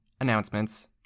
announcements